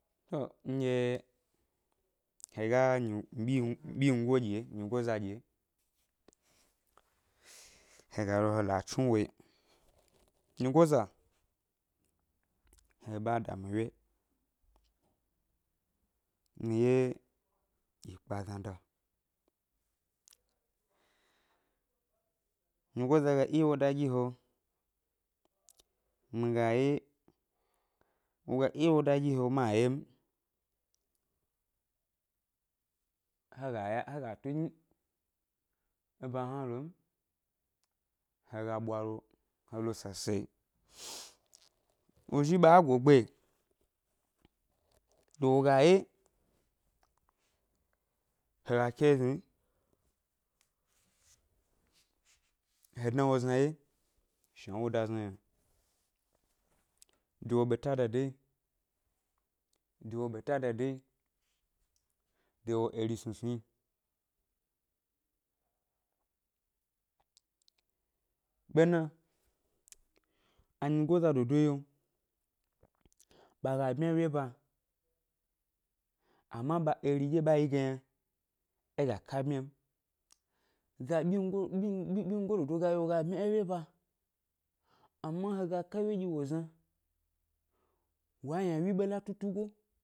To nɗye he ga nyi ɓyin byingo ɗye nyigoza ɗye, he ga lo he la tsnu wo yi, nyigoza, he ʻɓe a da mi wye, mi ye yi kpa ʻzna da, nyigoza ga iya wo da gi he, mi ga ye, wo ga iya wo da gi he ma ye m, he ga ya he ga tugni é ʻba hna lo m, he ga ɓwa lo he lo sasa, wo zhi ɓa go ʻgbe ɗye wo ga ye, he ga ke ʻzhni he dna wo ʻzna ʻwye shna wo da ʻzna yna de wo ɓeta dada yi, de wo ɓeta dada yi, de wo eri snusnu yi, ɓena anyigoza dodo yio, ɓa ga bmya é wyeba ama ɓa eri ɗye ɓa yi ge yna é ga ká bmya m, ga byingo byin byin byingo dodo ga yio wo ga bmya é wyeba ama he ga ka wyeɗye wo zna wa ynawyi ʻɓe la tu tugo